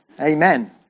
Amen